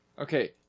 Okay